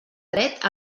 dret